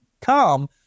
come